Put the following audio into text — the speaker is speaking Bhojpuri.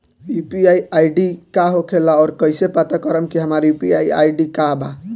यू.पी.आई आई.डी का होखेला और कईसे पता करम की हमार यू.पी.आई आई.डी का बा?